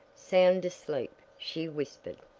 sound asleep, she whispered.